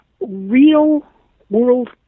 real-world